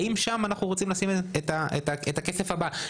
האם שם אנחנו רוצים לשים את הכסף הבא.